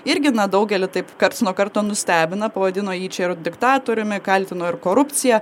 ir na daugelį taip karts nuo karto nustebina pavadino jį čia ir diktatoriumi kaltino ir korupcija